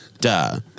duh